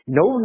no